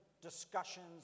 discussions